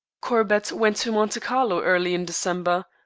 corbett went to monte carlo early in december.